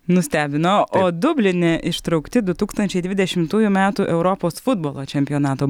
nustebino o dubline ištraukti du tūkstančiai dvidešimtųjų metų europos futbolo čempionato